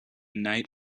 night